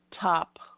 top